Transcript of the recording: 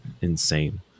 insane